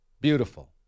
beautiful